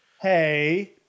Hey